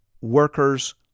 workers